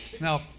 Now